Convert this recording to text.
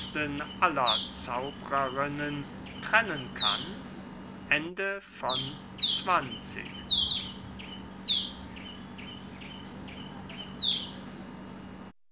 aller zauberinnen trennen kann